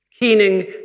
Keening